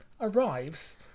arrives